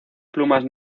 plumas